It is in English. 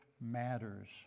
matters